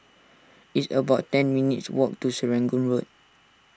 it's about ten minutes' walk to Serangoon Road